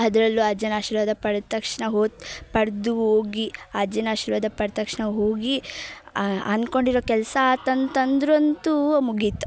ಅದರಲ್ಲೂ ಅಜ್ಜನ ಆಶೀರ್ವಾದ ಪಡೆದ ತಕ್ಷಣ ಹೋದ ಪಡೆದು ಹೋಗಿ ಆ ಅಜ್ಜನ ಆಶೀರ್ವಾದ ಪಡ್ದ ತಕ್ಷಣ ಹೋಗಿ ಅಂದುಕೊಂಡಿರೋ ಕೆಲಸ ಆತಂತಂದ್ರೆ ಅಂತೂ ಮುಗೀತು